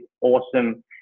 awesome